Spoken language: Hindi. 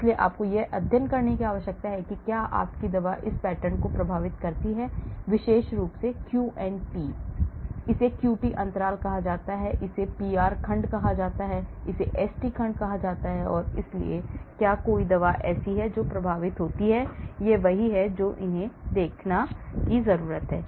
इसलिए आपको यह अध्ययन करने की आवश्यकता है कि क्या आपकी दवा इस पैटर्न को प्रभावित करती है विशेष रूप से Q and T इसे QT अंतराल कहा जाता है इसे PR खंड कहा जाता है इसे ST खंड कहा जाता है और इसलिए क्या कोई दवा प्रभावित होती है यह वही है जो उन्हें देखने की जरूरत है